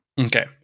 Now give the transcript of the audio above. Okay